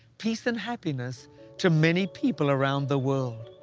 peace and happiness to many people around the world.